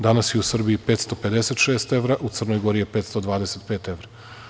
Danas je u Srbiji 556 evra, a u Crnoj Gori je 525 evra.